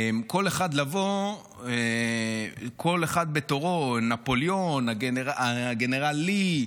כל אחד לבוא, כל אחד בתורו נפוליאון, הגנרל לי,